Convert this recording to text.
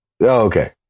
Okay